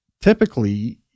Typically